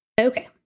Okay